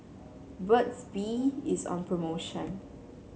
Burt's Bee is on promotion